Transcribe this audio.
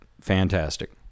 fantastic